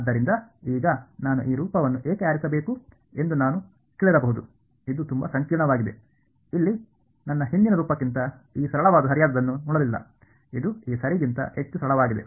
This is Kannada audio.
ಆದ್ದರಿಂದ ಈಗ ನಾನು ಈ ರೂಪವನ್ನು ಏಕೆ ಆರಿಸಬೇಕು ಎಂದು ನಾನು ಕೇಳಿರಬಹುದು ಇದು ತುಂಬಾ ಸಂಕೀರ್ಣವಾಗಿದೆ ಇಲ್ಲಿ ನನ್ನ ಹಿಂದಿನ ರೂಪಕ್ಕಿಂತ ಈ ಸರಳವಾದ ಸರಿಯಾದ್ದನ್ನು ನೋಡಲಿಲ್ಲ ಇದು ಈ ಸರಿಗಿಂತ ಹೆಚ್ಚು ಸರಳವಾಗಿದೆ